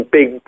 big